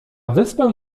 wyspę